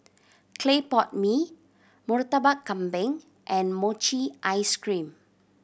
clay pot mee Murtabak Kambing and mochi ice cream